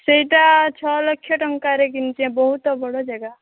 ସେଇଟା ଛଅ ଲକ୍ଷ ଟଙ୍କାରେ କିନିଛେଁ ବହୁତ ବଡ଼ ଜାଗା